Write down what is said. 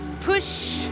Push